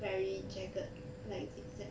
very jagged like zigzag